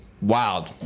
wild